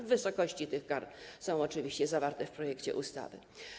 Wysokości tych kar są oczywiście określone w projekcie ustawy.